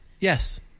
Yes